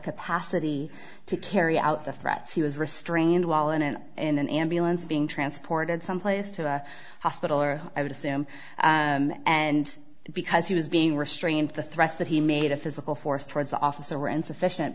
capacity to carry out the threats he was restrained wall in and in an ambulance being transported someplace to a hospital or i would assume and because he was being restrained the threats that he made a physical force towards the officer were insufficient